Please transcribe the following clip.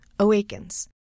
awakens